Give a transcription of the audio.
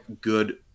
good